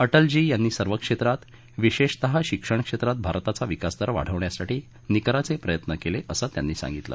अटलजी यांनी सर्व क्षेत्रात विशेषतः शिक्षण क्षेत्रात भारताचा विकासदर वाढण्यासाठी निकराचे प्रयत्न केले असं त्यांनी सांगितलं